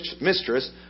mistress